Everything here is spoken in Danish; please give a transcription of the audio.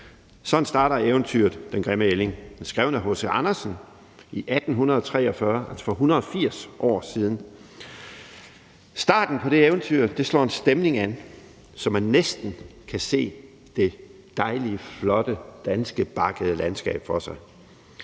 Sådan starter eventyret »Den grimme ælling«. Det er skrevet af H.C. Andersen i 1843, altså for 180 år siden. Starten på det eventyr slår en stemning an, så man næsten kan se det dejlige, flotte danske bakkede landskab for sig.